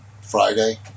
Friday